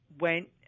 went